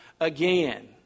again